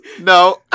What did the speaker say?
no